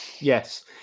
yes